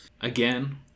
Again